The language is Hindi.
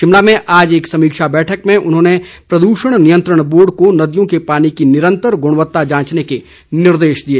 शिमला में आज एक समीक्षा बैठक में उन्होंने प्रदूषण नियंत्रण बोर्ड को नदियों के पानी की निरंतर गुणवत्ता जांचने के निर्देश दिए